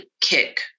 kick